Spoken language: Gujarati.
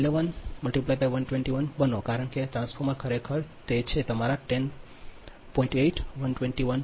11 121 બનો કારણ કે ટ્રાન્સફોર્મર ખરેખર તે છે તમારા 10 તમારા 10